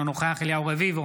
אינו נוכח אליהו רביבו,